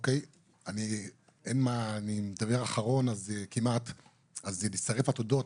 אני כמעט אחרון הדוברים אז נותר לי להצטרף לתודות.